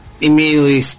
Immediately